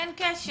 אין קשר.